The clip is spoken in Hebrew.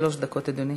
שלוש דקות, אדוני.